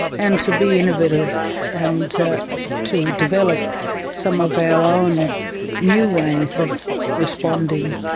and to be innovative and to to develop some of our own new ways of responding.